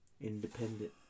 Independent